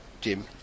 Jim